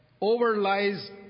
overlies